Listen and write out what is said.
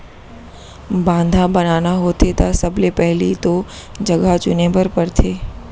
बांधा बनाना होथे त सबले पहिली तो जघा चुने बर परथे